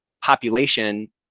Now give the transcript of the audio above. population